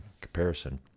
comparison